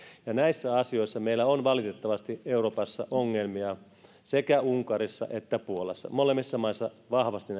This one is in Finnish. edelleen näissä asioissa meillä on valitettavasti euroopassa ongelmia sekä unkarissa että puolassa molemmissa maissa on vahvasti